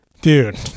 dude